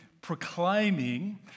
proclaiming